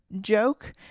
joke